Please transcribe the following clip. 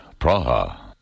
Praha